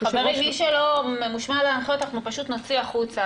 חבר הכנסת איתן גינזבורג דיבר